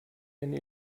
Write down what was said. eine